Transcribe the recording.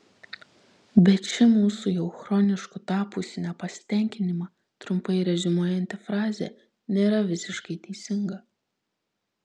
bet ši mūsų jau chronišku tapusį nepasitenkinimą trumpai reziumuojanti frazė nėra visiškai teisinga